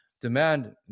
Demand